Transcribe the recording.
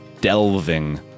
delving